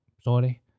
sorry